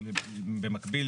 במקביל,